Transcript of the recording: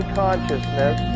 consciousness